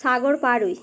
Sagar Parui